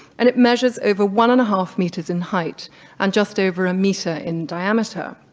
and it measures over one and half meters in height and just over a meter in diameter.